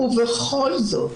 בכל זאת,